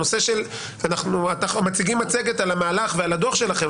אנחנו מציגים מצגת על המהלך ועל הדוח שלכם,